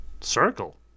Circle